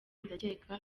ndakeka